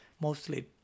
mostly